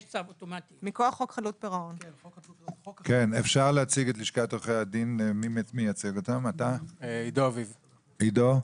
שלום,